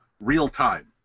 real-time